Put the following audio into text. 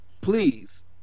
please